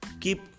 Keep